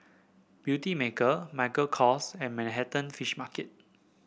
Beautymaker Michael Kors and Manhattan Fish Market